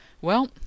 Well